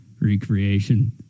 recreation